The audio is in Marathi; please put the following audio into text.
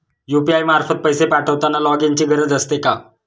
यु.पी.आय मार्फत पैसे पाठवताना लॉगइनची गरज असते का?